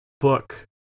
book